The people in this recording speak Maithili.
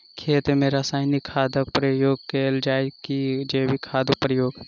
खेत मे रासायनिक खादक प्रयोग कैल जाय की जैविक खादक प्रयोग?